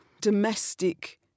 domestic